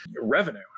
revenue